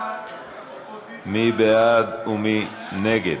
מי בעד ומי נגד?